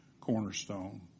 cornerstone